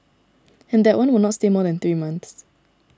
and that one will not stay more than three months